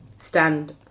stand